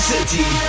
City